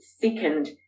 thickened